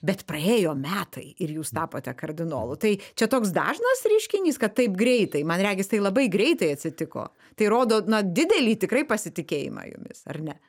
bet praėjo metai ir jūs tapote kardinolu tai čia toks dažnas reiškinys kad taip greitai man regis tai labai greitai atsitiko tai rodo na didelį tikrai pasitikėjimą jumis ar ne